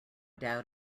doubt